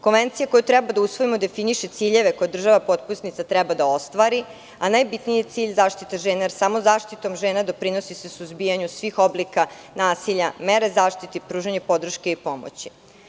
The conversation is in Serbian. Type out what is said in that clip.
Konvencija koju treba da usvojimo definiše ciljeve koje država potpisnica treba da ostvari, a najbitniji cilj je zaštita žena, jer samo zaštitom žena doprinosi se suzbijanju svih oblika nasilja, mere zaštite, pružanje podrške i pomoći.